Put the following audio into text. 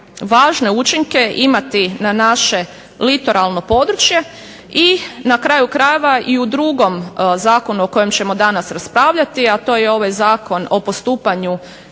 važne učinke imati na naše litoralno područje i na kraju krajeva i u drugom zakonu o kojem ćemo danas raspravljati, a to je ovaj zakon o postupanju